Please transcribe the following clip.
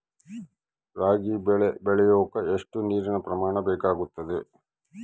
ರಾಗಿ ಬೆಳೆ ಬೆಳೆಯೋಕೆ ಎಷ್ಟು ನೇರಿನ ಪ್ರಮಾಣ ಬೇಕಾಗುತ್ತದೆ?